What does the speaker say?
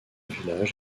village